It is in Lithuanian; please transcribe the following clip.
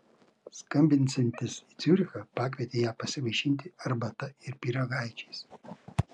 skambinsiantis į ciurichą pakvietė ją pasivaišinti arbata ir pyragaičiais